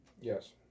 Yes